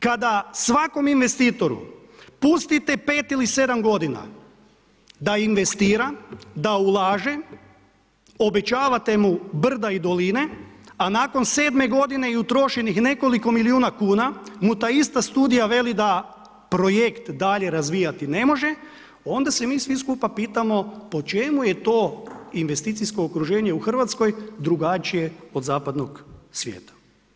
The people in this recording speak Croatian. Kada svakom investitoru pustite pet ili sedam godina da investira, da ulaže, obećavate mu brda i doline, a nakon sedme godine i utrošenih nekoliko milijuna kuna mu ta ista studija veli da projekt dalje razvijati ne može onda se mi svi skupa pitamo po čemu je to investicijsko okruženje u Hrvatskoj drugačije od zapadnog svijeta.